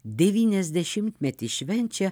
devyniasdešimtmetį švenčia